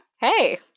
Hey